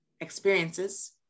experiences